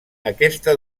aquesta